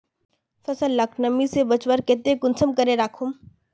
फसल लाक नमी से बचवार केते कुंसम करे राखुम?